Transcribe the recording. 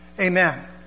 Amen